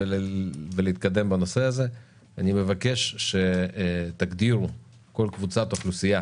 אני מבקש שתגדירו כל קבוצת אוכלוסייה